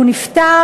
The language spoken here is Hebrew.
הוא נפטר.